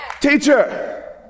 Teacher